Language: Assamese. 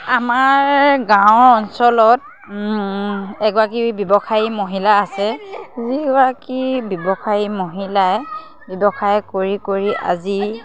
আমাৰ গাঁৱৰ অঞ্চলত এগৰাকী ব্যৱসায়ী মহিলা আছে যিগৰাকী ব্যৱসায়ী মহিলাই ব্যৱসায় কৰি কৰি আজি